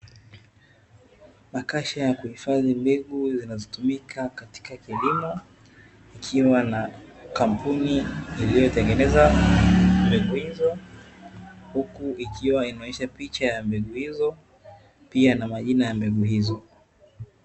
Makasha ya kuhifadhi mbegu zinazotumika katika kilimo, ikiwa na kampuni iliyotengeneza mbegu hizo, huku ikiwa imeonyesha picha ya mbegu hizo pia na majina ya mbegu hizo.